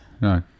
No